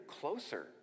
closer